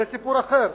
זה סיפור אחר.